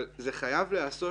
אבל זה חייב להיעשות,